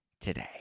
today